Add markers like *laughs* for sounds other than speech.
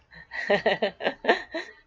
*laughs*